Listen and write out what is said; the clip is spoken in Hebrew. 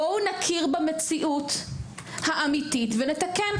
בואו נכיר במציאות האמתית ונתקן.